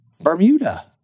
Bermuda